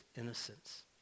innocence